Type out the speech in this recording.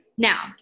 Now